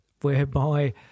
whereby